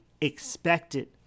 expected